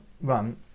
run